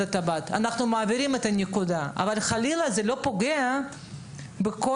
מבהירים את הנקודה אבל חלילה זה לא פוגע בכל